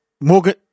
Morgan